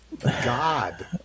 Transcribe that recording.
god